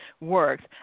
works